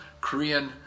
Korean